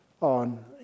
on